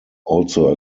also